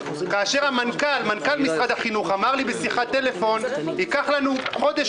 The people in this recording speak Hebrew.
כאשר מנכ"ל משרד החינוך אמר לי בשיחת טלפון: "ייקח לנו חודש